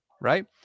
right